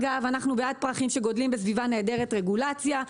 ואנחנו בעד פרחים שגדלים בסביבה נעדרת רגולציה,